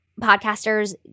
podcasters